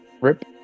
Rip